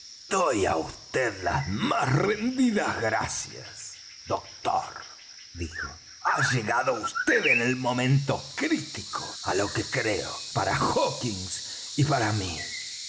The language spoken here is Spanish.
doy á vd las más rendidas gracias doctor dijo ha llegado vd en el momento crítico á lo que creo para hawkins y para mí